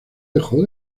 dejó